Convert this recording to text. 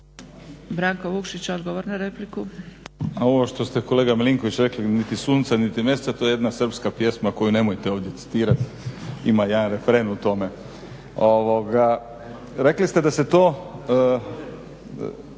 laburisti - Stranka rada)** Ovo što ste kolega Milinković rekli niti sunca niti mjeseca to je jedna srpska pjesma koju nemojte ovdje citirati, ima jedan referen u tome. Rekli ste da se to,